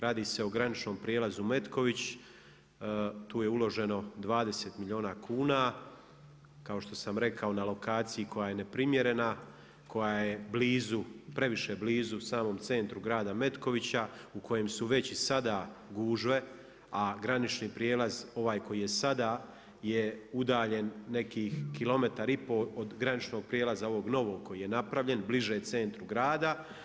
Radi se o graničnom prijelazu Metković, tu je uloženo 20 milijuna kuna, kao što sam rekao na lokaciji koja je neprimjerena, koja je blizu, previše blizu samom centru grada Metkovića u kojem su već i sada gužve a granični prijelaz ovaj koji je sada je udaljen nekih kilometar i pol od graničnog prijelaza ovog novog koji je napravljen bliže centru grada.